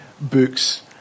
books